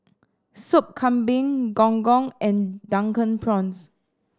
Sop Kambing Gong Gong and Drunken Prawns